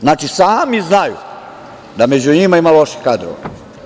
Znači, sami znaju da među njima ima loših kadrova.